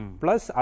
plus